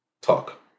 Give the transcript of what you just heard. talk